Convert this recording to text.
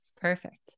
Perfect